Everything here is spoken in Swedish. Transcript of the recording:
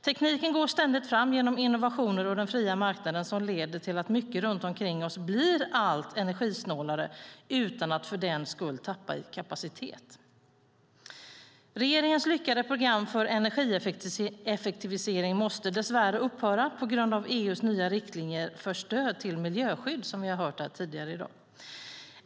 Tekniken går ständigt fram genom innovationer och den fria marknaden som leder till att mycket runt omkring oss blir allt energisnålare utan att för den skull tappa i kapacitet. Regeringens lyckade program för energieffektivisering måste dess värre upphöra på grund av EU:s nya riktlinjer för stöd till miljöskydd, som vi har hört här tidigare i dag.